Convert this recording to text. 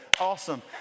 Awesome